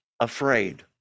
afraid